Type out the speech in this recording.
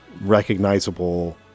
recognizable